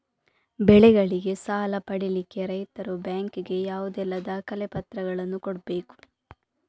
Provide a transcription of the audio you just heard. ಬೆಳೆಗಳಿಗೆ ಸಾಲ ಪಡಿಲಿಕ್ಕೆ ರೈತರು ಬ್ಯಾಂಕ್ ಗೆ ಯಾವುದೆಲ್ಲ ದಾಖಲೆಪತ್ರಗಳನ್ನು ಕೊಡ್ಬೇಕು?